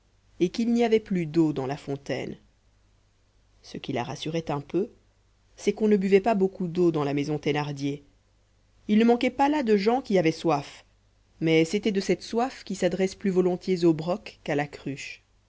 et qu'il n'y avait plus d'eau dans la fontaine ce qui la rassurait un peu c'est qu'on ne buvait pas beaucoup d'eau dans la maison thénardier il ne manquait pas là de gens qui avaient soif mais c'était de cette soif qui s'adresse plus volontiers au broc qu'à la cruche